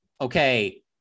okay